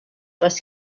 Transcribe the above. was